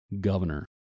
governor